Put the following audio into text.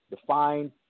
define